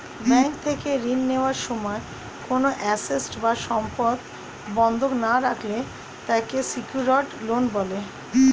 bank থেকে ঋণ নেওয়ার সময় কোনো অ্যাসেট বা সম্পদ বন্ধক না রাখলে তাকে সিকিউরড লোন বলে